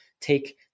take